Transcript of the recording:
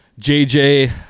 JJ